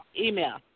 Email